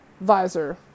visor